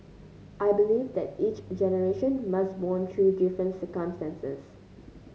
I believe that each generation must bond through different circumstances